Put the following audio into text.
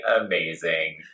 amazing